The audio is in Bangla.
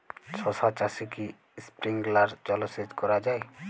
শশা চাষে কি স্প্রিঙ্কলার জলসেচ করা যায়?